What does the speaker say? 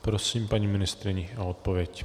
Prosím paní ministryni o odpověď.